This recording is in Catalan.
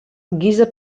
guisa